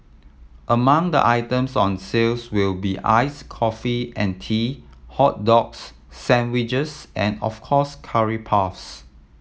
among the items on sales will be ice coffee and tea hot dogs sandwiches and of course curry puffs